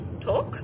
talk